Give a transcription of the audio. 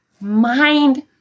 mind